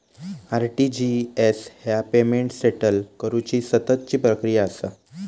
RTGS ह्या payment settle करुची सततची प्रक्रिया असा